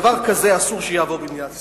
דבר כזה אסור שיעבור במדינת ישראל.